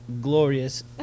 glorious